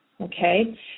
okay